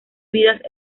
vidas